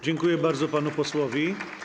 Dziękuję bardzo panu posłowi.